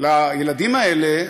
לילדים האלה,